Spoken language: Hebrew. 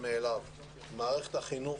מכל השכבות,